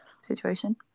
situation